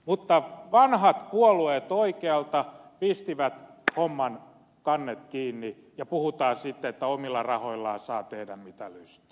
mutta vanhat puolueet oikealta pistivät homman kannet kiinni ja puhutaan sitten että omilla rahoillaan saa tehdä mitä lystää